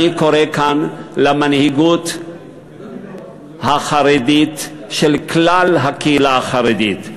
אני קורא כאן למנהיגות החרדית של כלל הקהילה החרדית,